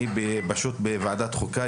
אני בוועדת החוקה.